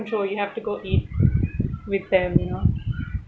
control you have to go eat with them you know